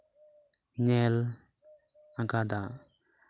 ᱧᱮᱞ ᱟᱠᱟᱫᱟ